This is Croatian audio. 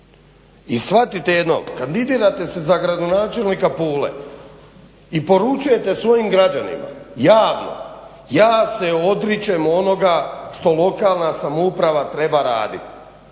I shvatite jedno kandidirate se za gradonačelnika Pule i poručujete svojim građanima javno, ja se odričem onoga što lokalna samouprava treba raditi.